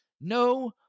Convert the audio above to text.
no